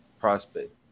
prospect